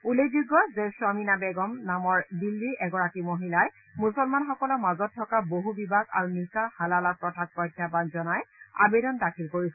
উল্লেখযোগ্য যে স্বামীনা বেগম নামৰ দিল্লীৰ এগৰাকী মহিলাই মূছলমানসকলৰ মাজত থকা বহু বিবাহ আৰু নিকাহ হালালা প্ৰথাক প্ৰত্যাহান জনাই আবেদন দাখিল কৰিছিল